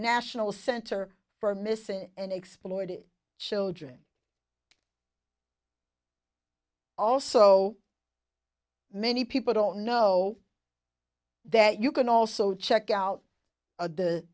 national center for missing and exploited children also many people don't know that you can also check out a the